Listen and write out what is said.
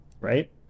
right